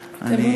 ואני,